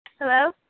Hello